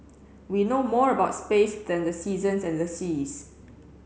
we know more about space than the seasons and the seas